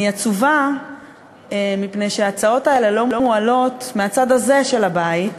אני עצובה מפני שההצעות האלה לא מועלות מהצד הזה של הבית,